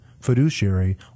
fiduciary